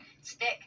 stick